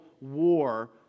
war